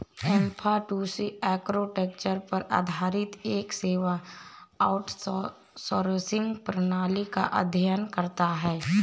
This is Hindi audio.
ऍफ़टूसी आर्किटेक्चर पर आधारित एक सेवा आउटसोर्सिंग प्रणाली का अध्ययन करता है